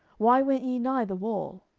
why went ye nigh the wall?